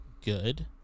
good